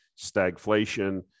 stagflation